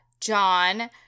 John